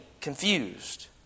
confused